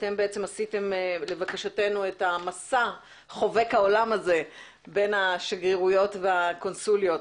אתם עשיתם לבקשתנו את המסע חובק העולם הזה בין השגרירויות והקונסוליות.